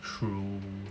true